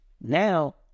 Now